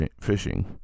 fishing